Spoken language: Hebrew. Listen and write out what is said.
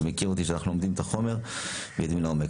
אתה מכיר אותי שאנחנו לומדים את החומר ויורדים לעומק.